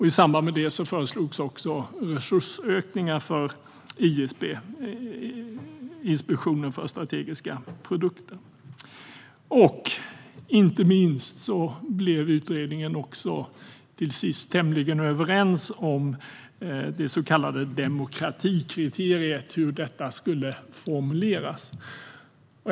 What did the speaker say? I samband med det föreslogs också resursökningar för ISP, Inspektionen för strategiska produkter. Inte minst blev utredningen till sist tämligen överens om demokratikriteriet och hur detta skulle formuleras.